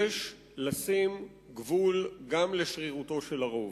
יש לשים גבול גם לשרירותו של הרוב.